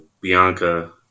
Bianca